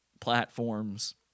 platforms